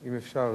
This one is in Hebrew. אם אפשר.